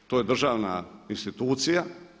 To je državna institucija.